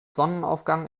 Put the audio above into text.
sonnenaufgang